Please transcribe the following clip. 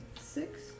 Six